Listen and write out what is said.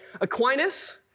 Aquinas